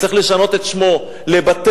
שצריך לשנות את שמו לבית-חינוך,